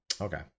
Okay